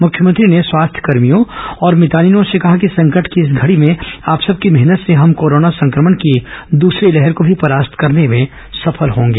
मुख्यमंत्री ने स्वास्थ्य कर्भियों एवं भितानिनों से कहा कि संकट की इस घड़ी में आप सब की मेहनत से हम कोरोना संक्रमण की दूसरी लहर को भी परास्त करने में सफल होंगे